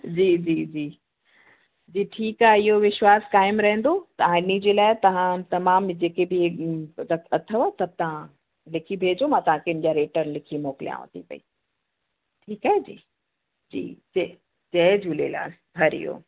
जी जी जी जी ठीकु आहे इहो विश्वास क़ाइमु रहंदो तव्हां इन्हीअ जे लाइ तव्हां तमामु जेके बि मतिलबु अथव सभु तव्हां लिखी भेजो मां तव्हां खे उन जा रेट लिखी मोकिलियांव थी पई ठीकु आहे जी जी जय जय झूलेलाल हरि ओम